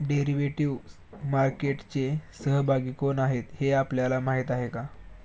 Derivative मार्केटचे सहभागी कोण आहेत हे आपल्याला माहित आहे का?